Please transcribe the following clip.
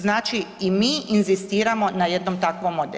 Znači i mi inzistiramo na jednom takvom modelu.